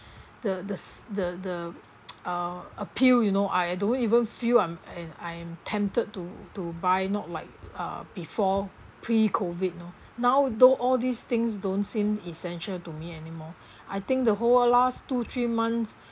the the s~ the the uh appeal you know I I don't even feel I'm I I am tempted to to buy not like uh before pre COVID you know now though all these things don't seem essential to me anymore I think the whole allows two three months